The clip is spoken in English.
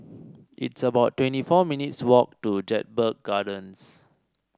it's about twenty four minutes' walk to Jedburgh Gardens